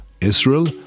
Israel